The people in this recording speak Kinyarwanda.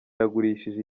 yagurishije